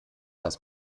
dass